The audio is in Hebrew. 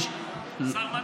שר המדע.